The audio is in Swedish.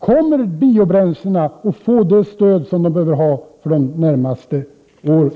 Kommer biobränslen att få det stöd som behövs de närmaste åren?